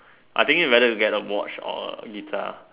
I thinking of whether to get her watch or a guitar